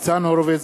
יריב לוין,